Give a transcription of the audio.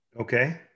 Okay